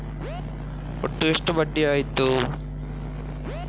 ಒಟ್ಟು ಎಷ್ಟು ಬಡ್ಡಿ ಆಯಿತು?